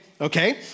Okay